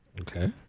Okay